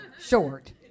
short